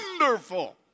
wonderful